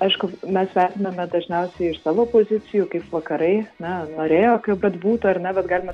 aišku mes vertiname dažniausiai iš savo pozicijų kaip vakarai na norėjo kaip kad būtų ar ne bet galime